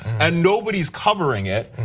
and nobody is covering it.